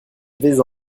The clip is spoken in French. vais